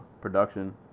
production